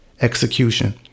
execution